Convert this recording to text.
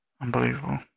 Unbelievable